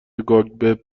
کاگب